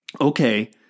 okay